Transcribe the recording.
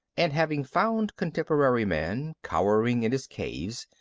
and having found contemporary man cowering in his caves,